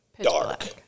dark